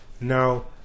now